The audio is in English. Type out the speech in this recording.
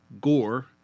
gore